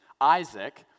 Isaac